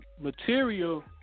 Material